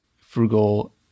frugal